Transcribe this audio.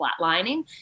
flatlining